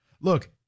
Look